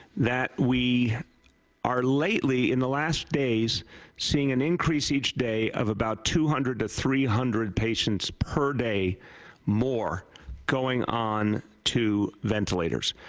that we are lately in the last days seeing an increase each day of about two hundred to three hundred patients per day more going on to ventilators.